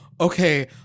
okay